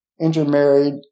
intermarried